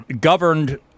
governed